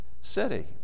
city